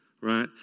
right